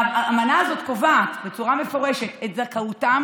האמנה הזאת קובעת בצורה מפורשת את זכאותם